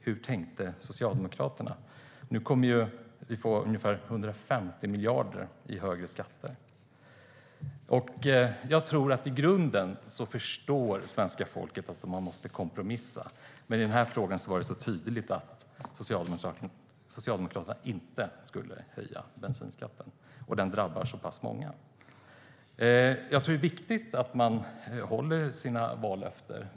Hur tänkte Socialdemokraterna? Nu kommer vi att få ungefär 150 miljarder i högre skatter. Jag tror att i grunden förstår svenska folket att man måste kompromissa. Men i den här frågan var det så tydligt att Socialdemokraterna inte skulle höja bensinskatten, och den drabbar så pass många. Jag tror att det är viktigt att man håller sina vallöften.